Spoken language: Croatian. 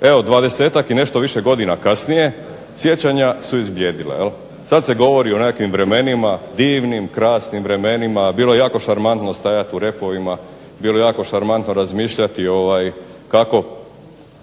evo dvadesetak i nešto više godina kasnije sjećanja su izblijedila. Sad se govori o nekakvim vremenima divnim, krasnim vremenima, a bilo je jako šarmantno stajati u repovima, bilo je jako šarmantno razmišljati kako